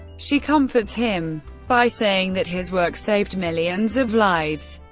she comforts him by saying that his work saved millions of lives.